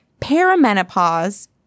Perimenopause